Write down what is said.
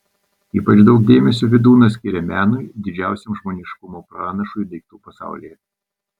ypač daug dėmesio vydūnas skiria menui didžiausiam žmoniškumo pranašui daiktų pasaulyje